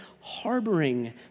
harboring